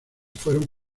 fueron